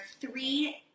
three